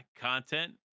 content